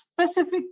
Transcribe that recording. specific